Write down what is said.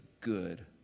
good